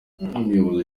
umuyobozi